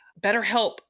BetterHelp